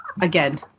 Again